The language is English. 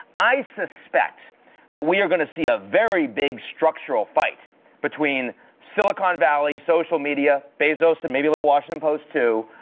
i suspect that we are going to see a very big structural fight between silicon valley, social media, bezos, and maybe a little washington post, too,